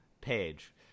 page